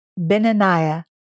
Benaniah